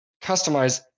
customize